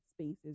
spaces